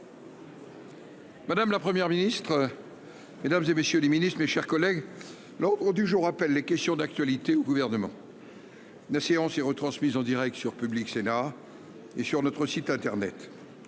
Madame la première ministre, mesdames et messieurs les ministres, mes chers collègues, l'ordre du jour appelle les questions d'actualité au gouvernement. La séance est retransmise en Direct sur Public Sénat et sur notre site internet